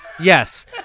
Yes